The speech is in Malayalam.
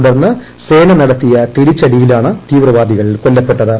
തുടർന്ന് സേന നടത്തിയ തിരിച്ചടിയിലാണ് തീവ്രവാദി കൊല്ലപ്പെട്ടത്